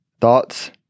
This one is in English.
thoughts